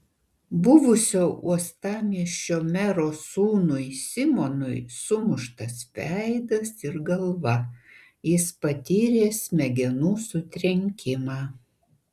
buvusio uostamiesčio mero sūnui simonui sumuštas veidas ir galva jis patyrė smegenų sutrenkimą